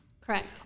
Correct